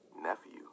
Nephew